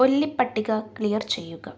ഒല്ലി പട്ടിക ക്ലിയർ ചെയ്യുക